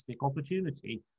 opportunity